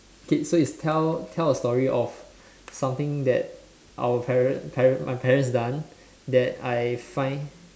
okay so it's tell tell a story of something that our parent parent my parents done that I find